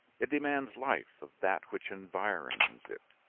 it demands life of that which environs it,